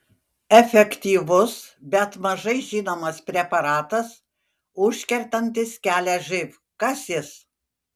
efektyvus bet mažai žinomas preparatas užkertantis kelią živ kas jis